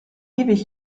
ewig